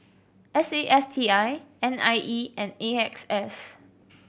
S A F T I N I E and A X S